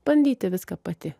bandyti viską pati